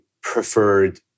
preferred